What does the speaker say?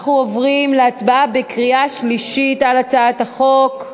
אנחנו עוברים להצבעה בקריאה שלישית על הצעת החוק.